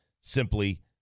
simply